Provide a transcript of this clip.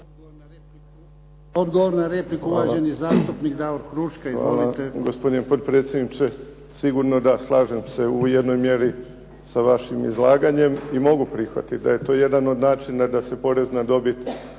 Odgovor na repliku, uvaženi zastupnik Davor Huška. Izvolite. **Huška, Davor (HDZ)** Hvala, gospodine potpredsjedniče. Sigurno da slažem se u jednoj mjeri sa vašim izlaganjem i mogu prihvatit da je to jedan od načina da se porez na dobit